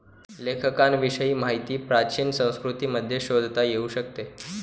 लेखांकनाविषयी माहिती प्राचीन संस्कृतींमध्ये शोधता येऊ शकते